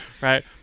right